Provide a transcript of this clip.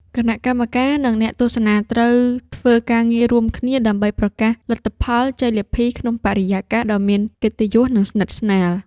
គណៈកម្មការ និងអ្នកទស្សនាត្រូវធ្វើការងាររួមគ្នា ដើម្បីប្រកាសលទ្ធផលជ័យលាភីក្នុងបរិយាកាសដ៏មានកិត្តិយស និងស្និទ្ធស្នាល។